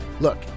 Look